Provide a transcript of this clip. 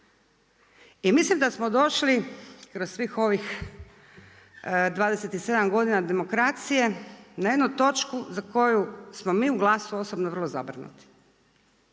I mislim da smo došli kroz svih ovih 27 godina demokracije na jednu točku za koju smo mi u GLAS-u osobno vrlo zabrinuti.